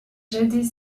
jadis